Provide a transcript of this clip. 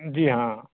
جی ہاں